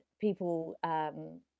people